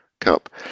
cup